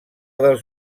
dels